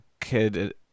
kid